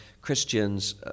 Christians